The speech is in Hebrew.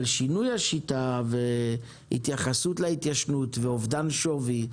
אבל שינוי השיטה והתייחסות להתיישנות ואובדן שווי,